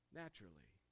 naturally